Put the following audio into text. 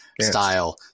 style